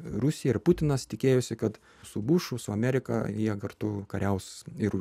rusija ir putinas tikėjosi kad su bušu su amerika jie kartu kariaus ir